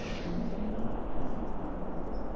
it is not easy to run a business.